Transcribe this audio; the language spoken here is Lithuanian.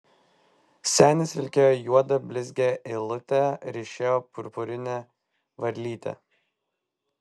senis vilkėjo juodą blizgią eilutę ryšėjo purpurinę varlytę